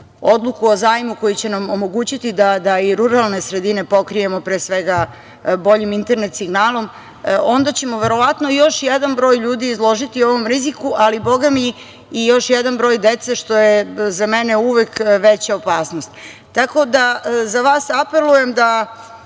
odluku o zajmu koji će nam omogućiti da i ruralne sredine pokrijemo pre svega boljim internet signalom, onda ćemo verovatno još jedan broj ljudi izložiti ovom riziku, ali, bogami, i još jedan broj dece, što je za mene uvek veća opasnost. Apelujem na